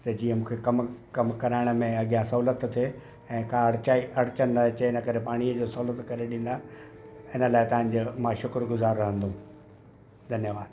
त जीअं मूंखे कमु कमु कराइण में अॻियां सहूलियत थिए ऐं का अरिचाई अरिचन न अचे इनकरे पाणीअ जो सहूलियत करे ॾींदा हिन लाइ तव्हां जहिड़ो मां शुक्रुगुज़ार रहंदमि धन्यवादु